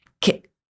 kick